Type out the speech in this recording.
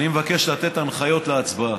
אני מבקש לתת הנחיות להצבעה.